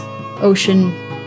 ocean